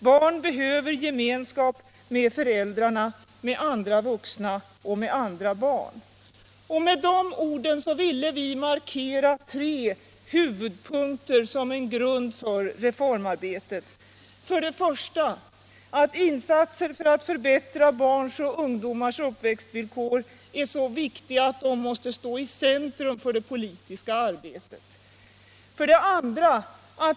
Barn behöver gemenskap med föräldrarna, med andra vuxna och med andra barn.” Med de orden vill vi markera tre huvudpunkter som en grund för reformarbetet: 1. Insatser för att förbättra barns och ungdomars uppväxtvillkor är så viktiga att de måste stå i centrum för det politiska arbetet. 2.